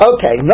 Okay